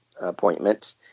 appointment